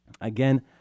again